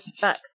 back